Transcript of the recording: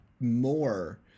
more